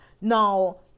Now